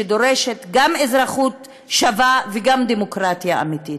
שדורשת גם אזרחות שווה וגם דמוקרטיה אמיתית.